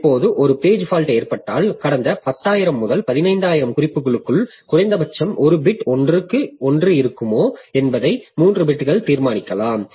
இப்போது ஒரு page fault ஏற்பட்டால் கடந்த 10000 முதல் 15000 குறிப்புகளுக்குள் குறைந்தபட்சம் 1 பிட் ஒன்று இருக்குமா என்பதை 3 பிட்கள் தீர்மானிக்கலாம்